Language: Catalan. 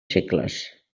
segles